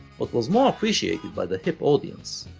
was was more appreciated by the hip audience.